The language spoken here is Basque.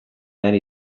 behar